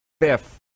fifth